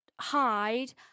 hide